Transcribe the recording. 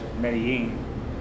Medellin